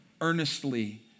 Earnestly